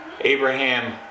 Abraham